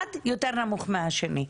אחד יותר נמוך מהשני.